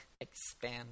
Expand